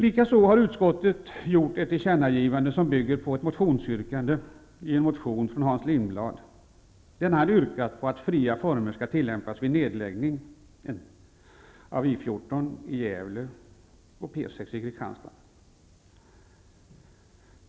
Likaså har utskottet gjort ett tillkännagivande som bygger på ett motionsyrkande från Hans Lindblad. Han har yrkat på att fria former skall tillämpas vid nedläggningen av I 14 i Gävle och P 6 i Kristianstad.